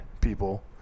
people –